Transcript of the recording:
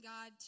God